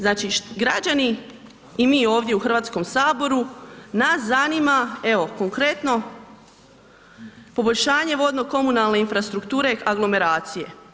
Znači građani i mi ovdje u Hrvatskom saboru, nas zanima evo konkretno poboljšanje vodno komunalne infrastrukture aglomeracije.